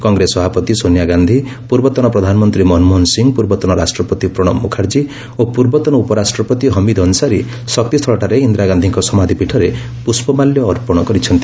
କଂଗ୍ରେସ ସଭାପତି ସୋନିଆଗାନ୍ଧୀ ପୂର୍ବତନ ପ୍ରଧାନମନ୍ତ୍ରୀ ମନମୋହନ ସିଂ ପୂର୍ବତନ ରାଷ୍ଟ୍ରପତି ପ୍ରଣବ ମୁଖାର୍ଜୀ ଓ ପୂର୍ବତନ ଉପରାଷ୍ଟ୍ରପତି ହମିଦ ଅନ୍ସାରୀ ଶକ୍ତିସ୍ଥଳଠାରେ ଇନ୍ଦିରାଗାନ୍ଧୀଙ୍କ ସମାଧି ପୀଠରେ ପୁଷ୍ପମାଲ୍ୟ ଅର୍ପଣ କରିଚ୍ଛନ୍ତି